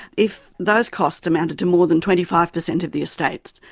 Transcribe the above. if those costs amounted to more than twenty five percent of the estate,